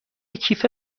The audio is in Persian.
کیف